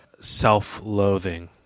self-loathing